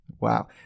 wow